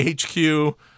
hq